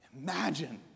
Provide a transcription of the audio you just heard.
Imagine